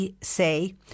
say